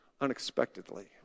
unexpectedly